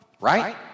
right